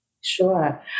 Sure